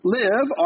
live